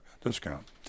discount